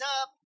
up